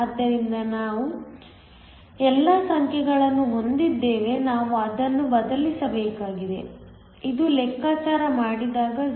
ಆದ್ದರಿಂದ ನಾವು ಎಲ್ಲಾ ಸಂಖ್ಯೆಗಳನ್ನು ಹೊಂದಿದ್ದೇವೆ ನಾವು ಅದನ್ನು ಬದಲಿಸಬೇಕಾಗಿದೆ ಇದು ಲೆಕ್ಕಾಚಾರ ಮಾಡಿದಾಗ 0